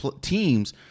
teams